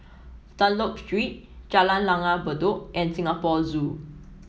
Dunlop Street Jalan Langgar Bedok and Singapore Zoo